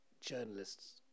journalists